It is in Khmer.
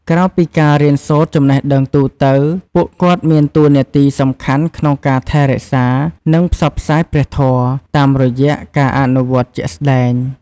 ក្រៅពីការរៀនសូត្រចំណេះដឹងទូទៅ ពួកគាត់មានតួនាទីសំខាន់ក្នុងការ ថែរក្សា និងផ្សព្វផ្សាយព្រះធម៌ តាមរយៈការអនុវត្តជាក់ស្ដែង។